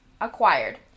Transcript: acquired